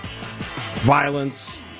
violence